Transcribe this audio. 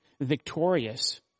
victorious